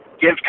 give